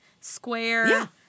square